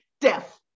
death